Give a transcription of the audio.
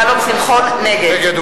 נגד.